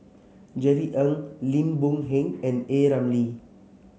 Jerry Ng Lim Boon Heng and A Ramli